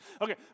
Okay